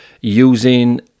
using